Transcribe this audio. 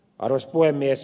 arvoisa puhemies